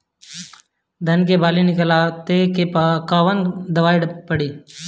धान के बाली निकलते के कवन दवाई पढ़े?